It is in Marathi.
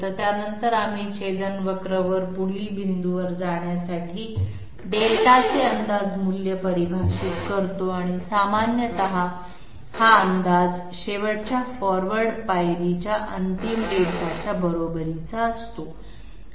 तर त्यानंतर आम्ही छेदन वक्र वर पुढील बिंदूवर जाण्यासाठी δ चे अंदाज मूल्य परिभाषित करतो आणि सामान्यतः हा अंदाज शेवटच्या फॉरवर्ड पायरीच्या अंतिम δ च्या बरोबरीचा असतो